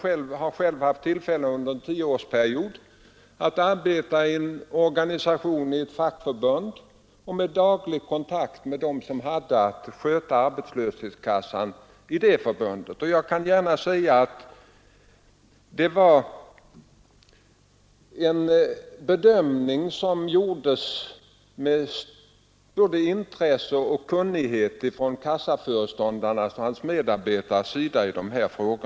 Jag har själv haft tillfälle att under en tioårsperiod arbeta i en organisation, ett fackförbund, och där haft daglig kontakt med dem som skötte arbetslöshetskassan i det förbundet. Jag vill gärna framhålla att bedömningarna i dessa frågor gjordes med både intresse och kunnighet från kassaföreståndarens och hans medarbetares sida.